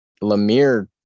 Lemire